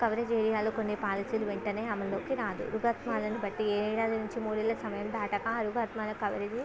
coverage ఏరియాలో కొన్ని పాలసీలు వెంటనే అమల్లోకి రాదు రుగ్మతలు బట్టి ఏడాది నుంచి మూడేళ్ళ సమయం దాటాక రుగ్మతల కవరేజ్